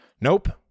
Nope